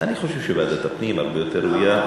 אני חושב שוועדת הפנים הרבה יותר ראויה.